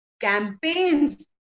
campaigns